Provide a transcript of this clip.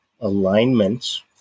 alignments